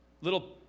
little